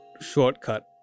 shortcut